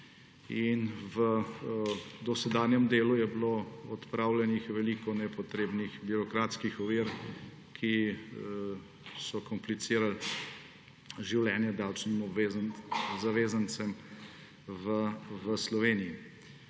V dosedanjem delu je bilo odpravljenih veliko nepotrebni birokratskih ovir, ki so komplicirale življenje davčnim zavezancem v Sloveniji.